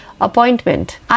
Appointment